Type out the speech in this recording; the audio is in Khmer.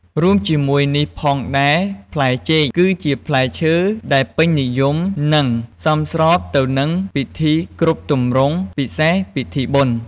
រួមជាមួយនេះផងដែរផ្លែចេក គឺជាផ្លែឈើដែលពេញនិយមនិងសមស្របទៅនឹងពិធីគ្រប់ទម្រង់ពិសេសពិធីបុណ្យ។